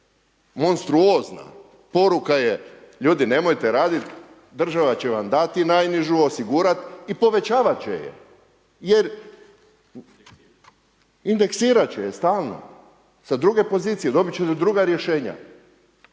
monstruozna, poruka je ljudi nemojte radit, država će vam dati najnižu, osigurat i povećavat će je jer indeksirat će je stalno sa druge pozicije, dobit će druga rješenja.